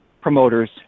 promoters